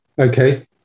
okay